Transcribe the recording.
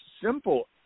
simple